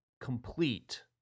complete